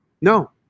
No